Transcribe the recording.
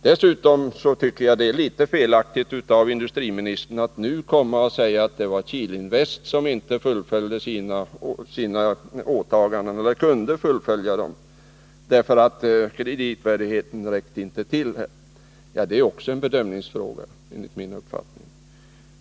Dessutom tycker jag att det är litet felaktigt av industriministern att nu säga att det var Kihlinvest som inte kunde fullfölja sina åtaganden, eftersom kreditvärdigheten inte räckte till. Enligt min mening är det också en bedömningsfråga.